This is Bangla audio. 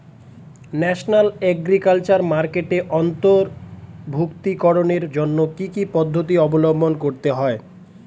ন্যাশনাল এগ্রিকালচার মার্কেটে অন্তর্ভুক্তিকরণের জন্য কি কি পদ্ধতি অবলম্বন করতে হয়?